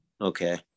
Okay